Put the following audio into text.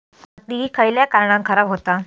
माती खयल्या कारणान खराब हुता?